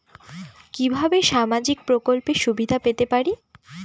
কিভাবে সামাজিক প্রকল্পের সুবিধা পেতে পারি?